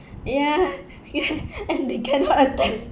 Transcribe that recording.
ya ya and they cannot attend